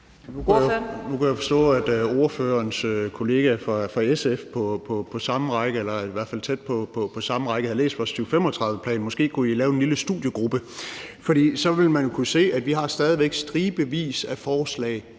Nu kunne jeg forstå, at ordførerens kollega fra SF på samme række, eller i hvert fald tæt på samme række, havde læst vores 2035-plan. Måske kunne I lave en lille studiegruppe, for så ville man kunne se, at vi stadig væk har stribevis af forslag